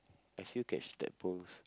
have you catch that post